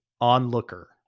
onlooker